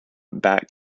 back